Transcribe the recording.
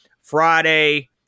Friday